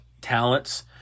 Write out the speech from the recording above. talents